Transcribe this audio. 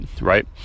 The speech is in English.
right